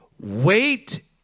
wait